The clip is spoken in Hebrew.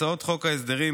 הצעות חוק ההסדרים,